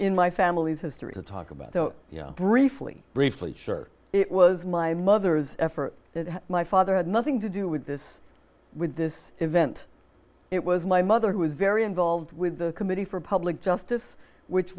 in my family's history to talk about the briefly briefly sure it was my mother's effort my father had nothing to do with this with this event it was my mother who was very involved with the committee for public justice which